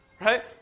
Right